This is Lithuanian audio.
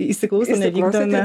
įsiklausome vykdome